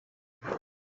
gahunda